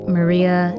Maria